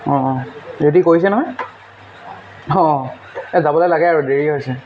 অঁ অঁ ৰেডী কৰিছে নহয় অঁ এই যাবলৈ লাগে আৰু দেৰিয়ে হৈছে